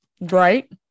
Right